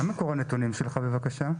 מה מקור הנתונים שלך, בבקשה?